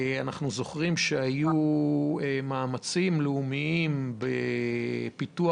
אנחנו זוכרים שהיו מאמצים לאומיים לפיתוח